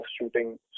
shooting